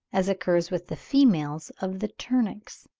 as occurs with the females of the turnix.